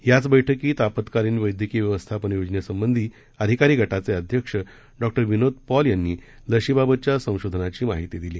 याच बैठकीत आपत्कालीन वैदयकीय व्यवस्थापन योजनेसंबंधी अधिकारी गटाचे अध्यक्ष डॉक्टर विनोद पॉल यांनी लशीबाबतच्या संशोधनाची माहिती दिली